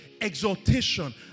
exaltation